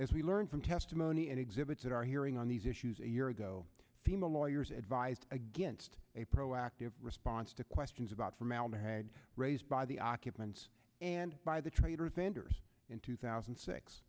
as we learn from testimony and exhibits that our hearing on these issues a year ago female lawyers advised against a proactive response to questions about formaldehyde raised by the occupants and by the traders vendors in two thousand